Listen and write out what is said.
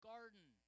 Garden